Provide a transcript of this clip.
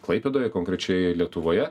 klaipėdoje konkrečiai lietuvoje